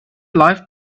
life